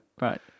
Right